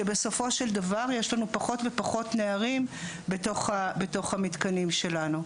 שבסופו של דבר יש לנו פחות ופחות נערים בתוך המתקנים שלנו.